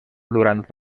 durant